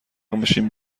میشیم